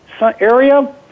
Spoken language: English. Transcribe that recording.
area